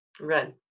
Red